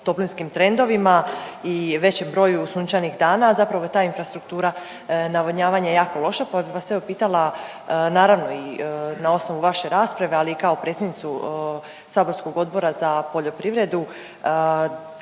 toplinskim trendovima i većem broju sunčanih dana, a zapravo ta infrastruktura navodnjavanja je jako loša pa bih vas evo pitala naravno i na osnovu vaše rasprave, ali i kao predsjednicu saborskog Odbora za poljoprivredu